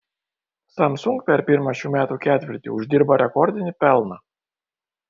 samsung per pirmą šių metų ketvirtį uždirbo rekordinį pelną